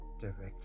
directly